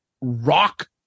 rock